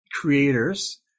creators